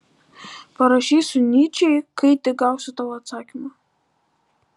parašysiu nyčei kai tik gausiu tavo atsakymą